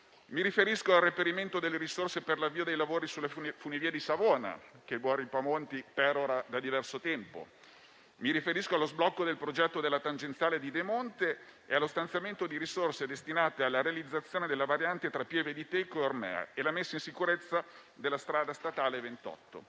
Mi riferisco al reperimento delle risorse per l'avvio dei lavori sulle funivie di Savona, che il collega Ripamonti perora da diverso tempo, e allo sblocco del progetto della tangenziale di Demonte e allo stanziamento di risorse destinate alla realizzazione della variante tra Pieve di Teco e Ormea e alla messa in sicurezza della strada statale 28.